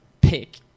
Pick